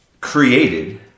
created